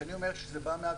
כשאני אומר שזה בא מהביקוש,